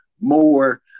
more